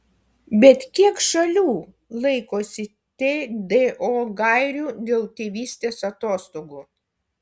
bet kiek šalių laikosi tdo gairių dėl tėvystės atostogų